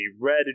red